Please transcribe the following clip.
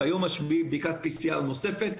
ביום השביעי בדיקת PCR נוספת,